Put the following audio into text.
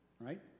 right